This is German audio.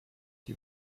die